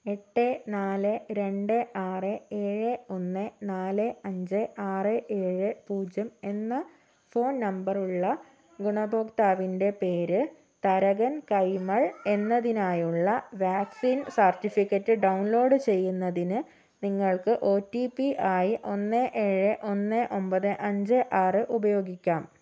എട്ട് നാല് രണ്ട് ആറ് ഏഴ് ഒന്ന് നാല് അഞ്ച് ആറ് ഏഴ് പൂജ്യം എന്ന ഫോൺ നമ്പറുള്ള ഗുണഭോക്താവിൻ്റെ പേര് തരകൻ കൈമൾ എന്നതിനായുള്ള വാക്സിൻ സർട്ടിഫിക്കറ്റ് ഡൗൺലോഡ് ചെയ്യുന്നതിന് നിങ്ങൾക്ക് ഓ ടി പി ആയി ഒന്ന് ഏഴ് ഒന്ന് ഒൻപത് അഞ്ച് ആറ് ഉപയോഗിക്കാം